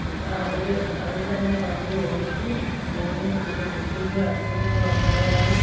ഇപ്പോൾ അവർ അവർ തന്നെ വണ്ടി ഓടിച്ചു പോകും കുട്ടിക്ക് അസുഖങ്ങളുണ്ടായാലും